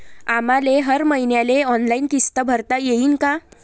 आम्हाले हर मईन्याले ऑनलाईन किस्त भरता येईन का?